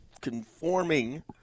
conforming